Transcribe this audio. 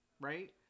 right